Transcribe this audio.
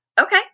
Okay